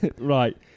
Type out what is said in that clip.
Right